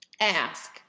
Ask